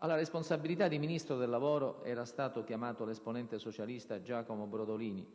Alla responsabilità di Ministro del lavoro era stato chiamato l'esponente socialista Giacomo Brodolini,